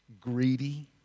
greedy